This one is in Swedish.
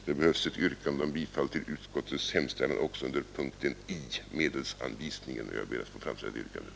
Det behövs ett yrkande om bifall till utskottets hemställan också under punkten 1, medelsanvisningen, och jag ber att få framställa detta yrkande.